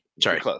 Sorry